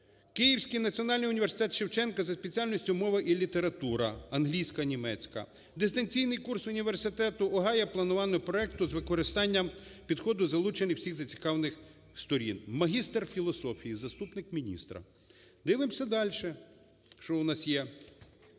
Київський національний університет Шевченка за спеціальністю "мова і література" (англійська, німецька), дистанційний курс Університету Огайо "Планування проекту з використанням підходу залучення всіх зацікавлених сторін", магістр філософії, заступник міністра. Дивимося дальше, що у нас є.